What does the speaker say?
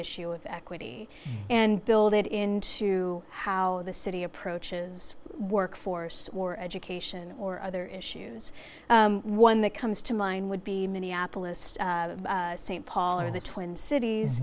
issue of equity and build it into how the city approaches work force or education or other issues one that comes to mind would be minneapolis st paul or the twin cities